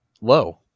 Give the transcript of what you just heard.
low